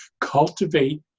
Cultivate